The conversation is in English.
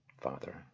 Father